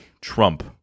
Trump